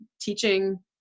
teaching